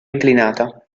inclinata